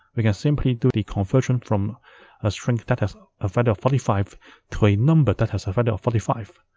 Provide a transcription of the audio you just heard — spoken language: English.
we can simply do the conversion from a string that has a value of forty five to a number that has a value of forty five.